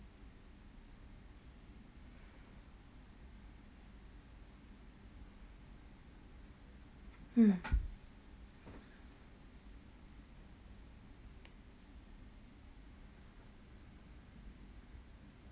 mm